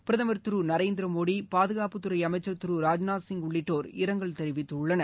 பிரதமர் திரு நரேந்திர மோடி பாதுகாப்புத்துறை அமைச்சர் திரு ராஜ்நாத் சிங் உள்ளிட்டோர் இரங்கல் தெரிவித்துள்ளனர்